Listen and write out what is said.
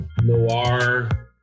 noir